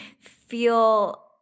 feel